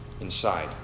inside